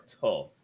tough